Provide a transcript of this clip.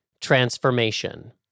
transformation